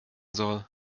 soll